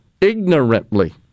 Ignorantly